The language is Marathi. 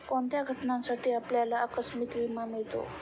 कोणत्या घटनांसाठी आपल्याला आकस्मिक विमा मिळतो?